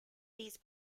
these